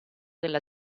della